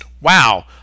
wow